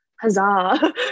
huzzah